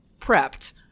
prepped